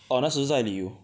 orh 那时在旅游